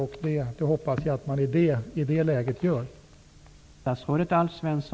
Jag hoppas att regeringen i det läget gör så.